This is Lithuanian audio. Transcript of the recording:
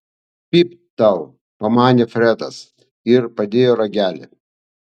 pypt tau pamanė fredas ir padėjo ragelį